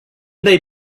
they